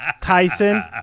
Tyson